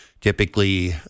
Typically